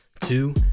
two